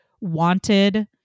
wanted